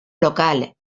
local